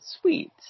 sweet